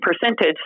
percentage